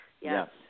Yes